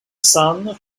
sun